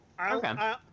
Okay